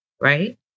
right